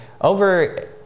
over